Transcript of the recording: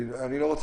הוא לא נמצא